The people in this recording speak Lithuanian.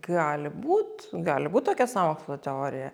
gali būt gali būt tokia sąmokslo teorija